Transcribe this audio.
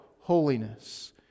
holiness